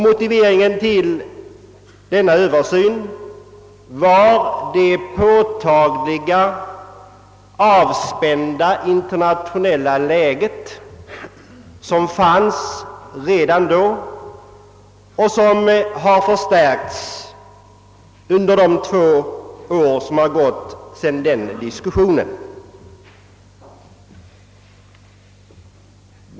Motiveringen för denna begäran om översyn var det påtagligt avspända internationella läge, som rådde redan då och som ytterligare har förbättrats sedan den diskussionen.